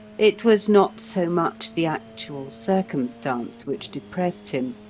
it was not so much the actual circumstance which depressed him,